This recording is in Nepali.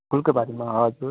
फुलको बारेमा हजुर